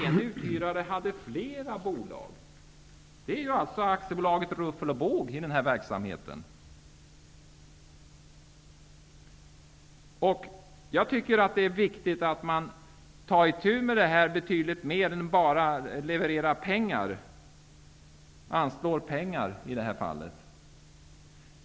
En uthyrare hade flera bolag -- det är alltså AB Ruffel och båg. Jag tycker att det är viktigt att man tar itu med detta betydligt bättre än genom att bara anslå pengar, som i det här fallet.